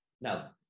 Now